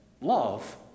love